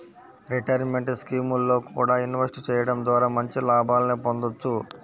retirement స్కీముల్లో కూడా invest చెయ్యడం ద్వారా మంచి లాభాలనే పొందొచ్చు